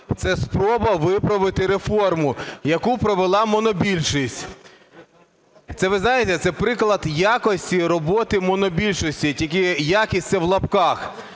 це спроба виправити реформу, яку провела монобільшість. Це, ви знаєте, приклад "якості" роботи монобільшості, тільки "якість" це в лапках.